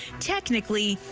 technically,